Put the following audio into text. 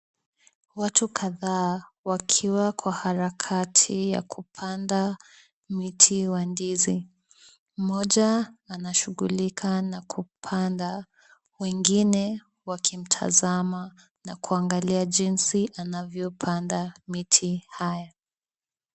Watu kadhaa wakiwa kwa harakati ya kupanda miti wa ndizi. Mmoja anashughulika na kupanda wengine wakimtazama na kuangalia jinsi anavyopanda miti haya.